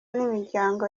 n’imiryango